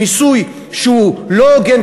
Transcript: מיסוי שהוא לא הוגן,